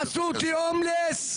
עשו אותי הומלס,